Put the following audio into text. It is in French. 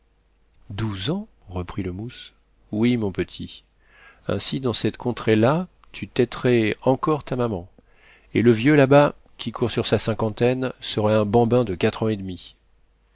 douze ans reprit le mousse oui mon petit ainsi dans cette contrée là tu téterais encore ta maman et le vieux là-bas qui court sur sa cinquantaine serait un bambin de quatre ans et demi